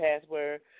password